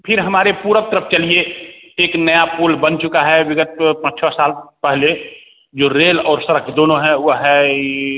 फिर हमारे पूर्व तरफ़ चलिए एक नया पूल बन चुका है बिगत तो पाँच छः साल पहले जो रेल और सड़क दोनों है वह है ई